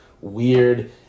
weird